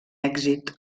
èxit